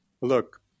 look